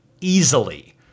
easily